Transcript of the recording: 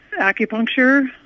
acupuncture